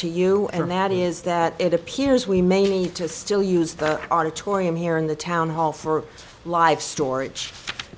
to you or matt is that it appears we may need to still use the auditorium here in the town hall for life story